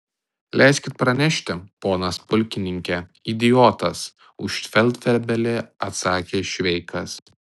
leiskit pranešti ponas pulkininke idiotas už feldfebelį atsakė šveikas